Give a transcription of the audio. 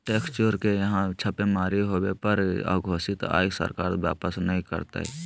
tax चोर के यहां छापेमारी होबो पर अघोषित आय सरकार वापस नय करतय